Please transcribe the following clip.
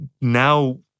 now